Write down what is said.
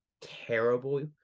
terrible